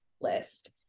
List